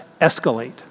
escalate